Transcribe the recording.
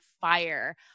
fire